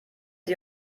sie